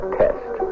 test